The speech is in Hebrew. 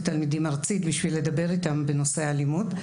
תלמידים ארצית בשביל לדבר איתם בנושא האלימות,